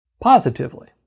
positively